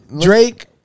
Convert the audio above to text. Drake